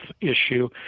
issue